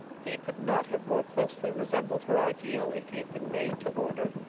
he could not have more closely resembled her ideal if he had been made to order.